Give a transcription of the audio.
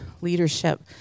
leadership